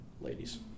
ladies